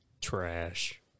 Trash